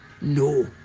No